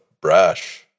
brash